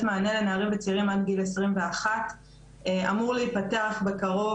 מענה לנערים וצעירים עד גיל 21. אמור להיפתח בקרוב